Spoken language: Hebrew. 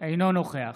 אינו נוכח